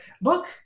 book